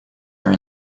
are